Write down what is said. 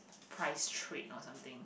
price trade or something